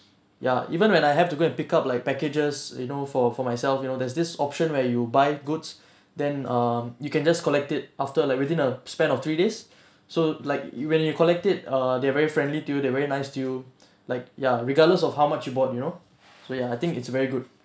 ya even when I have to go and pick up like packages you know for for myself you know there's this option where you buy goods then err you can just collect it after like within a span of three days so like when you collect it err they're very friendly to you they very nice to you like ya regardless of how much you bought you know so ya I think it's very good